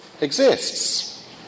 exists